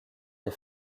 les